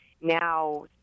now